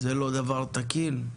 זה לא דבר תקין.